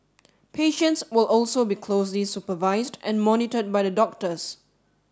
patients will also be closely supervised and monitored by the doctors